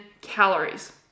calories